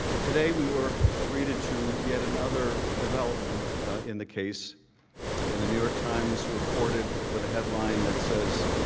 today we were greeted to yet another development in the case when the new york times reported with a headline that says,